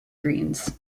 greens